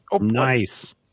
nice